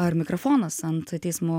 ar mikrofonas ant eismo